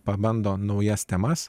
pabando naujas temas